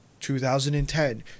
2010